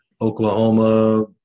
Oklahoma